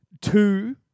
two